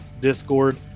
discord